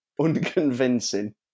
unconvincing